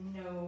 no